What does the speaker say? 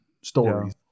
stories